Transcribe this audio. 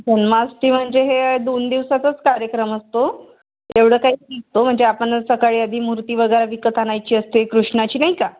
जन्माष्टमी म्हणजे हे दोन दिवसातच कार्यक्रम असतो एवढं काही म्हणजे आपण सकाळी आधी मूर्ती वगैरे विकत आणायची असते कृष्णाची नाही का